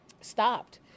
stopped